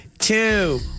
Two